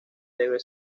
debe